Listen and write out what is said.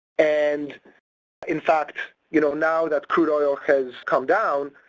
and in fact you know now that crude oil has come down,